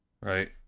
Right